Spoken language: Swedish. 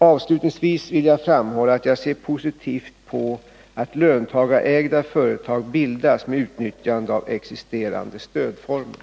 Avslutningsvis vill jag framhålla att jag ser positivt på att löntagarägda företag bildas med utnyttjande av existerande stödformer.